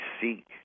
seek